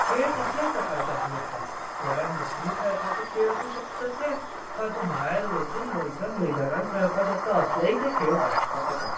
खेळ कसलेय प्रकारचे आसूंक शकता घरांत बसून खेळपाचे खेळ आसूं शकता ते काय तूं भायर वचून खंयच्या मैदानांत वचून खेळपा शकता असलेय ते खेळ आसपाक येता